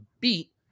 beat